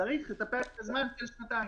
צריך לספק את הזמן של שנתיים.